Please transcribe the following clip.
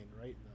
right